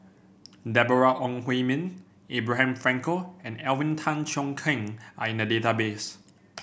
Deborah Ong Hui Min Abraham Frankel and Alvin Tan Cheong Kheng are in the database